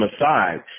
aside